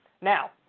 Now